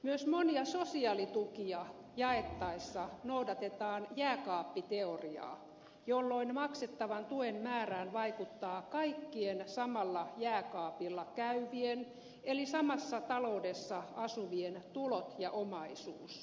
myös monia sosiaalitukia jaettaessa noudatetaan jääkaappiteoriaa jolloin maksettavan tuen määrään vaikuttavat kaikkien samalla jääkaapilla käyvien eli samassa taloudessa asuvien tulot ja omaisuus